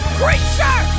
creature